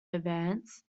advance